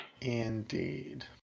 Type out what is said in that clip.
Indeed